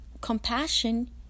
compassion